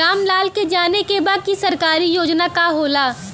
राम लाल के जाने के बा की सरकारी योजना का होला?